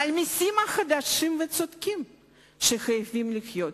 על מסים חדשים וצודקים שחייבים להיות.